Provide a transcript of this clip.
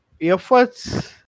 efforts